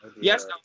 Yes